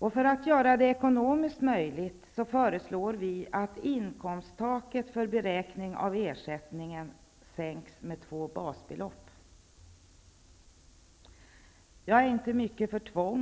För att göra detta ekonomiskt möjligt föreslår vi att inkomsttaket för beräkning av ersättningen sänks med 2 basbelopp. Jag är inte mycket för tvång.